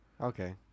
Okay